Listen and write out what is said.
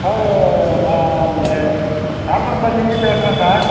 sir நான் இங்கே காற்பணப்பாடிலந்து பேசுகிறன் சார்